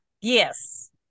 yes